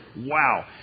Wow